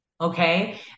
Okay